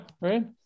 Right